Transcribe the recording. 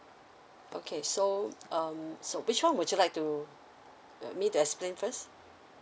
okay so um so which one would you like to let me to explain first